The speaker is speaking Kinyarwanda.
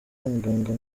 umuganga